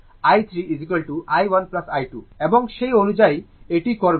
এবং সেই অনুযায়ী এটি করবে